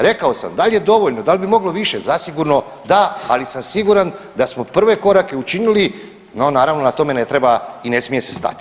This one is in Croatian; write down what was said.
Rekao sam, da li je dovoljno, da li bi moglo više, zasigurno da, ali sam siguran da smo prve korake učinili, no naravno, na tome ne treba i ne smije se stati.